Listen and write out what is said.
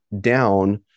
down